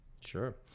Sure